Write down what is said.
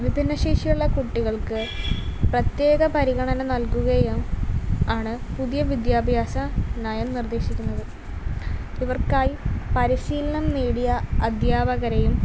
വിഭിന്നശേഷിയുള്ള കുട്ടികൾക്ക് പ്രത്യേക പരിഗണന നൽകുകയും ആണ് പുതിയ വിദ്യാഭ്യാസ നയം നിർദ്ദേശിക്കുന്നത് ഇവർക്കായി പരിശീലനം നേടിയ അദ്ധ്യാപകരെയും